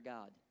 God